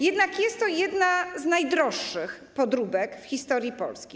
Jednak jest to jedna z najdroższych podróbek w historii Polski.